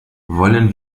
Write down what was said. wollen